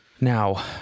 Now